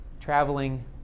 traveling